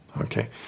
Okay